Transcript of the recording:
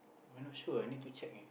I'm not sure I need to check eh